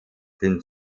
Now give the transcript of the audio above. den